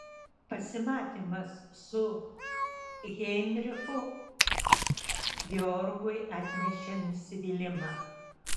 pasimatymas su heinrichu georgui atnešė nusivylimą